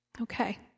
Okay